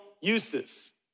uses